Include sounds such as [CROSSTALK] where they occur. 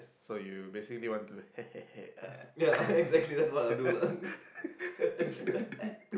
so you basically did want to hehehe uh [LAUGHS]